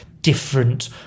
Different